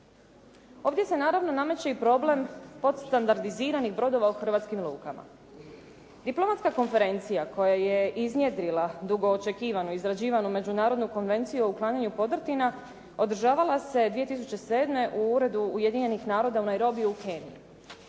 Ovdje se naravno nameće i problem podstandardiziranih brodova u hrvatskim lukama. Diplomatska konferencija koja je iznjedrila dugo očekivanu i izrađivanu međunarodnu Konvenciju o uklanjanju podrtrina održavala se 2007. u uredu Ujedinjenih naroda u Najrobiji, u Keniji.